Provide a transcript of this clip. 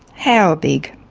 how big?